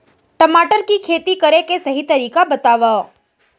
टमाटर की खेती करे के सही तरीका बतावा?